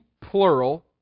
plural